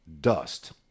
dust